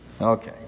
Okay